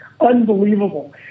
unbelievable